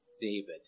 David